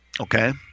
Okay